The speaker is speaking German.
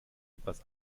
etwas